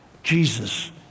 Jesus